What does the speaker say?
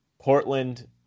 Portland